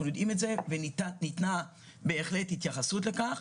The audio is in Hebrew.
אנחנו יודעים את זה וניתנה בהחלט התייחסות לכך.